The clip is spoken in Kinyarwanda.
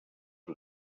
rwe